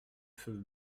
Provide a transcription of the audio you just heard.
feu